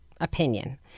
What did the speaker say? opinion